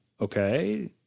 okay